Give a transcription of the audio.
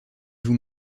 vous